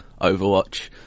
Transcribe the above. overwatch